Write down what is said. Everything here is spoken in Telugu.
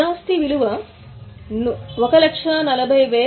సరే